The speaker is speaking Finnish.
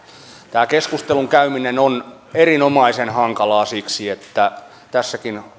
tämä keskustelun käyminen on erinomaisen hankalaa siksi että tässäkin